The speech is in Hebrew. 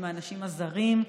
האנשים הזרים,